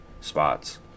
spots